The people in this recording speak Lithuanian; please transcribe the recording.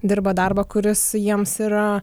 dirba darbą kuris jiems yra